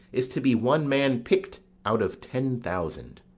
is to be one man picked out of ten thousand.